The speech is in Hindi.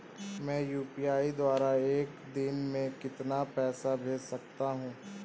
मैं यू.पी.आई द्वारा एक दिन में कितना पैसा भेज सकता हूँ?